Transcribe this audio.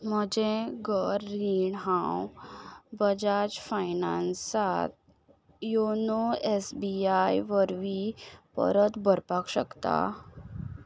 म्हजें घर रीण हांव बजाज फायनान्सात योनो एस बी आय वरवीं परत भरपाक शकता